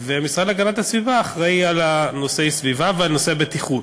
והמשרד להגנת הסביבה אחראי לנושאי סביבה ולנושאי בטיחות,